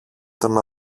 τον